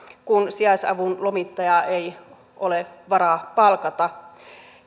kun sijaisavun lomittajaa ei ole varaa palkata